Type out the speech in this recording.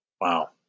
Wow